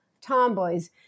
tomboys